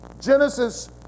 Genesis